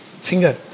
finger